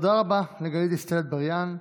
תודה רבה לגלית דיסטל אטבריאן.